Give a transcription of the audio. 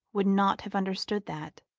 would not have understood that.